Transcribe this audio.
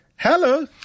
Hello